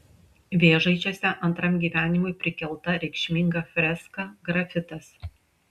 vėžaičiuose antram gyvenimui prikelta reikšminga freska grafitas